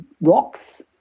rocks